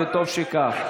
וטוב שכך.